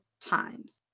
times